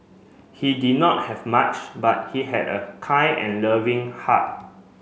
he did not have much but he had a kind and loving heart